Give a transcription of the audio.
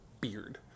beard